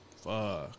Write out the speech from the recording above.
Fuck